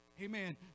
Amen